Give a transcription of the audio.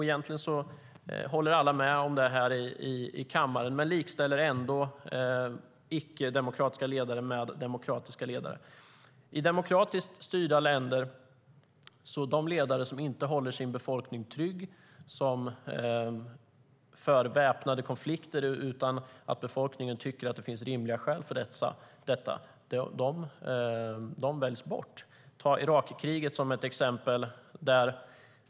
Egentligen håller alla i kammaren med om det men likställer ändå icke-demokratiska ledare med demokratiska.I demokratiskt styrda länder väljer man bort de ledare som inte håller sin befolkning trygg och som för väpnade konflikter utan att befolkningen tycker att det finns rimliga skäl för det. Ta Irakkriget som exempel!